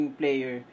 player